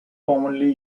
commonly